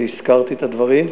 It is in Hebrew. והזכרתי את הדברים,